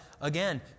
again